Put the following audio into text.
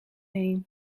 heen